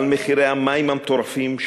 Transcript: על מחירי המים המטורפים,